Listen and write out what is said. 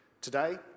Today